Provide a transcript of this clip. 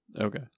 Okay